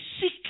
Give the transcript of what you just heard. seek